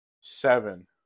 seven